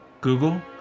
Google